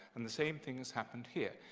and the same thing has happened here.